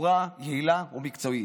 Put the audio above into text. בצורה יעילה ומקצועית.